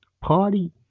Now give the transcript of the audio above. party